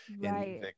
right